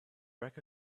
wreck